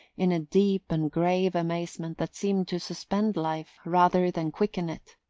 in a deep and grave amazement that seemed to suspend life rather than quicken it.